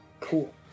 Cool